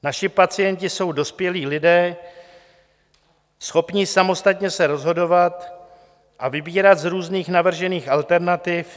Naši pacienti jsou dospělí lidé, schopní samostatně se rozhodovat a vybírat z různých navržených alternativ.